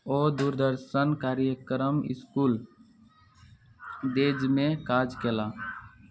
ओ दूरदर्शन कार्यक्रम इसकुल डेजमे काज कयलाह